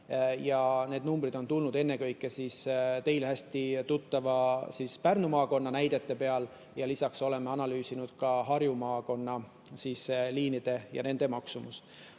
Need numbrid on tulnud ennekõike teile hästi tuttava Pärnu maakonna näidete pealt, lisaks oleme analüüsinud Harju maakonna liinide maksumust.